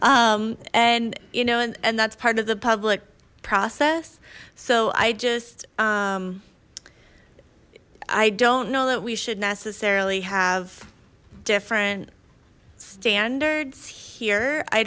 false and you know and that's part of the public process so i just i don't know that we should necessarily have different standards here i